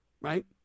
right